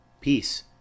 peace